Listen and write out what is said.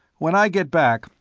when i get back,